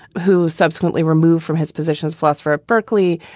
who subsequently removed from his position as philosopher at berkeley,